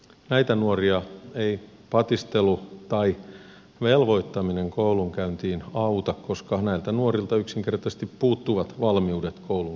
näitä nuoria ei patistelu tai velvoittaminen koulunkäyntiin auta koska näiltä nuorilta yksinkertaisesti puuttuvat valmiudet koulunkäymiseen